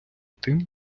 тим